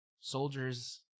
soldiers